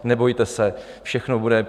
Nebojte se, všechno bude.